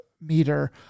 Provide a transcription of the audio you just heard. meter